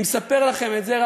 אני מספר לכם את זה,